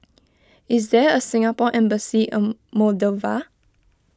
is there a Singapore Embassy Moldova